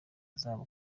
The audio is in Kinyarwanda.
uzaba